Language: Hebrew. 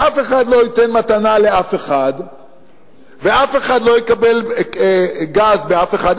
אף אחד לא ייתן מתנה לאף אחד ואף אחד לא יקבל גז מאף אחד,